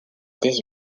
dix